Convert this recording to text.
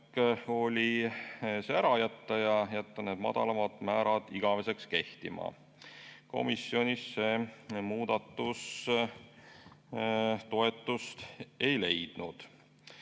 oli see ära jätta ja jätta need madalamad määrad igaveseks kehtima. Komisjonis see muudatus toetust ei leidnud. Küll